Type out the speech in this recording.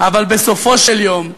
אבל בסופו של יום,